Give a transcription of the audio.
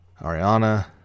Ariana